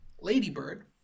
ladybird